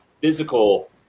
physical